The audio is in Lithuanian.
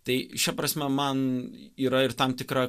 tai šia prasme man yra ir tam tikra